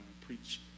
preach